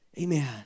Amen